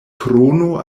krono